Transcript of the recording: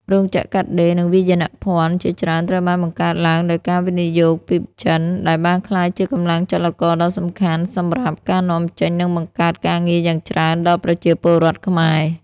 រោងចក្រកាត់ដេរ និងវាយនភ័ណ្ឌជាច្រើនត្រូវបានបង្កើតឡើងដោយការវិនិយោគពីចិន ដែលបានក្លាយជាកម្លាំងចលករដ៏សំខាន់សម្រាប់ការនាំចេញ និងបង្កើតការងារយ៉ាងច្រើនដល់ប្រជាពលរដ្ឋខ្មែរ។